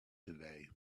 today